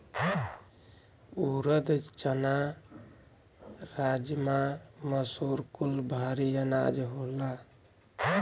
ऊरद, चना, राजमा, मसूर कुल भारी अनाज होला